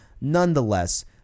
nonetheless